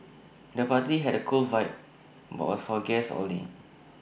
the party had A cool vibe but was for guests only